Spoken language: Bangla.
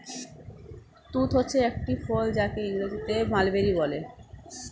তুঁত হচ্ছে একটি ফল যাকে ইংরেজিতে মালবেরি বলে